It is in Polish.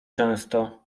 często